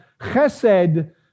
chesed